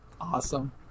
awesome